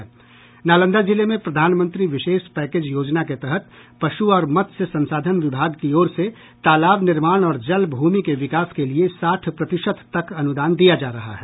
नालंदा जिले में प्रधानमंत्री विशेष पैकेज योजना के तहत पशु और मत्स्य संसाधन विभाग की ओर से तालाब निर्माण और जलभूमि के विकास के लिये साठ प्रतिशत तक अनुदान दिया जा रहा है